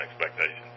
expectations